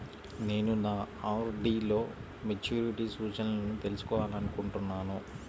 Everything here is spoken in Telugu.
నేను నా ఆర్.డీ లో మెచ్యూరిటీ సూచనలను తెలుసుకోవాలనుకుంటున్నాను